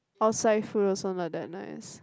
outside food also not that nice